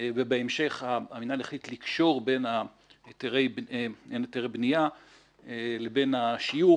ובהמשך המינהל החליט לקשור בין היתרי בניה לבין השיוך